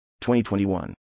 2021